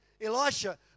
Elisha